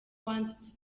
wanditse